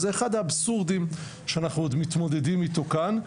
זה אחד האבסורדים שאנחנו מתמודדים איתו כאן,